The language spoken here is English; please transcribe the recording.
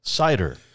Cider